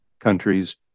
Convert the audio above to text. countries